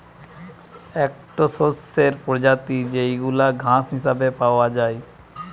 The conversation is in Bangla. একটো শস্যের প্রজাতি যেইগুলা ঘাস হিসেবে পাওয়া যায়